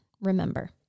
remember